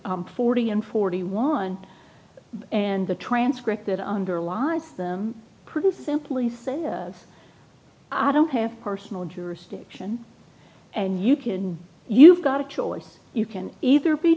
at forty and forty one and the transcript that underlies them pretty simply says i don't have personal jurisdiction and you can you've got a choice you can either be